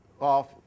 off